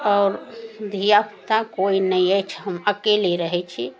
आओर धिआपुता कोइ नहि अछि हम अकेले रहै छी